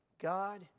God